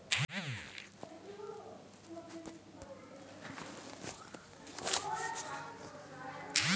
खेती लेल मिलइ बाला कर्जा कृषि ऋण कहाइ छै